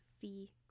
Fee